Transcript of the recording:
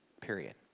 period